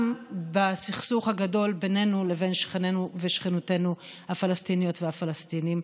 גם לסכסוך הגדול בינינו לבין שכנינו ושכנותינו הפלסטיניות והפלסטינים,